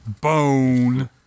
Bone